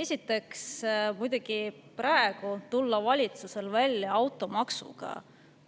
Esiteks, muidugi praegu tulla valitsusel välja automaksuga